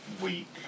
week